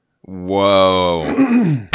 Whoa